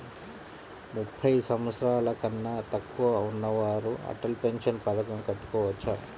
ముప్పై సంవత్సరాలకన్నా తక్కువ ఉన్నవారు అటల్ పెన్షన్ పథకం కట్టుకోవచ్చా?